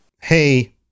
hey